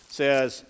says